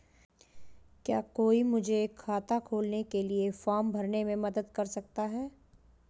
क्या कोई मुझे खाता खोलने के लिए फॉर्म भरने में मदद कर सकता है?